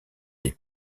des